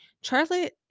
charlotte